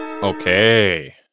Okay